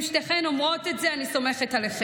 אם שתיכן אומרות את זה, אני סומכת עליכן.